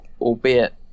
albeit